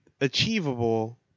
achievable